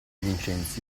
vincenzi